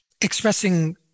expressing